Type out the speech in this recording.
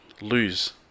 lose